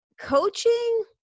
coaching